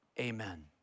amen